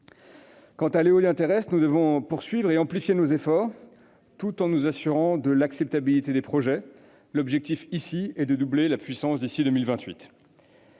Quant à l'éolien terrestre, nous devons poursuivre et amplifier nos efforts, tout en nous assurant de l'acceptabilité des projets. L'objectif est de doubler la puissance d'ici à 2028.